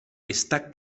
esta